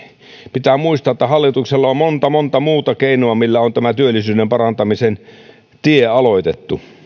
pitää muistaa että hallituksella on monta monta muuta keinoa millä on tämä työllisyyden parantamisen tie aloitettu